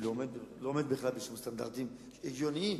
לא עומדת בכלל בשום סטנדרטים הגיוניים.